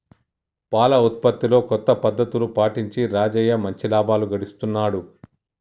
పాల ఉత్పత్తిలో కొత్త పద్ధతులు పాటించి రాజయ్య మంచి లాభాలు గడిస్తున్నాడు